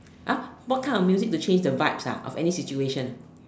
!huh! what kind of music to change the vibes ah of any situation